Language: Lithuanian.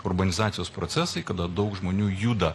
urbanizacijos procesai kada daug žmonių juda